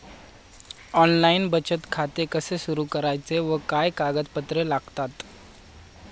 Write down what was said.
Online बचत खाते कसे सुरू करायचे व काय कागदपत्रे लागतात?